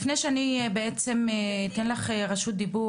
לפני שאני אתן לך רשות דיבור,